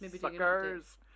suckers